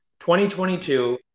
2022